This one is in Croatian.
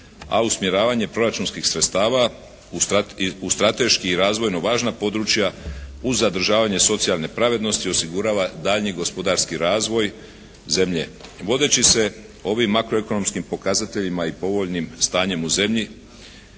a usmjeravanje proračunskih sredstava u strateški razvojno važna područja uz zadržavanje socijalne pravednosti osigurava daljnji gospodarski razvoj zemlje i vodeći se ovim makroekonomskim pokazateljima i povoljnim stanjem u zemlji,